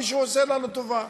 מישהו עושה לנו טובה.